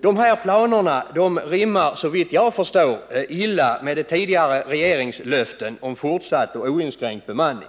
De här planerna rimmar såvitt jag förstår illa med tidigare regeringslöften om fortsatt och oinskränkt bemanning.